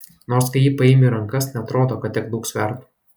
nors kai jį paimi į rankas neatrodo kad tiek daug svertų